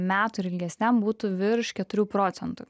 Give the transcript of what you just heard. metų ir ilgesniam būtų virš keturių procentų